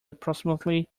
approximately